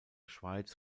schweiz